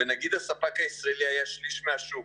ונניח שהספק הישראלי היה שליש מהשוק,